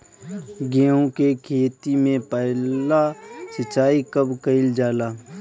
गेहू के खेती मे पहला सिंचाई कब कईल जाला?